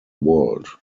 world